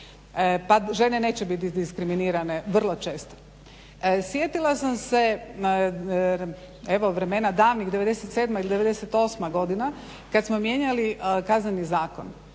pa žene neće biti diskriminirane vrlo često. Sjetila sam se vremena davnih '97., '98.godina kada smo mijenjali Kazneni zakon